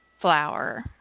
Flower